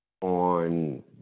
on